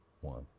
one